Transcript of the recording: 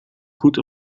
goed